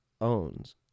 owns